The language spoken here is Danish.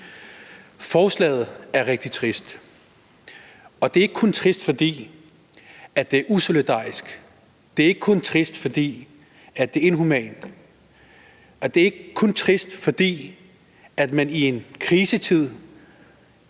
forslaget er rigtig trist. Og det er ikke kun trist, fordi det er usolidarisk, det er ikke kun trist, fordi det er inhumant, og det er ikke kun trist, fordi man i en krisetid